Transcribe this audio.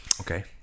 Okay